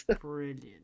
brilliant